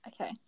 Okay